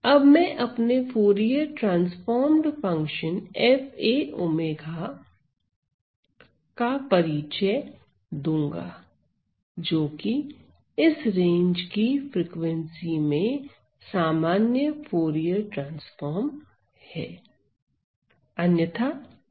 अब मैं अपने फूरिये ट्रांसफॉर्म्ड फंक्शन Faω का परिचय दूंगा जोकि इस रेंज की फ्रीक्वेंसी में सामान्य फूरिये ट्रांसफार्म है अन्यथा शून्य है